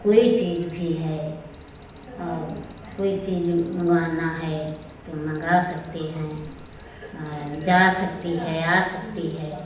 कोई चीज़ भी है और कोई चीज़ मँगाना है तो मँगा सकते हैं और जा सकते हैं आ सकते हैं